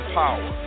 power